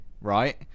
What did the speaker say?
right